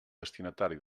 destinatari